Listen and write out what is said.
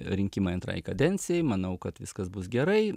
rinkimai antrai kadencijai manau kad viskas bus gerai